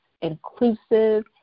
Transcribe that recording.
inclusive